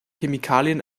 chemikalien